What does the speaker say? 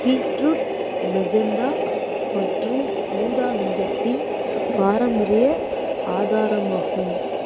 beetroot magenta மற்றும் ஊதா நிறத்தின் பாரம்பரிய ஆதாரமாகும்